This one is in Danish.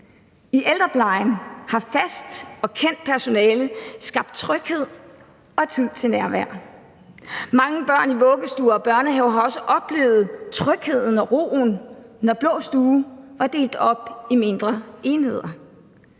I ældreplejen har fast og kendt personale skabt tryghed og tid til nærvær. Mange børn i vuggestuer og børnehaver har også oplevet trygheden og roen, når blå stue var delt op i mindre enheder